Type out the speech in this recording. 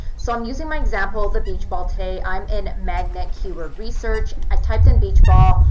so i am using my example, the beach ball today. i am in magnet, keyword research. i typed in beach ball.